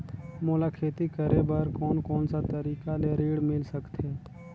मोला खेती करे बर कोन कोन सा तरीका ले ऋण मिल सकथे?